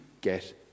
get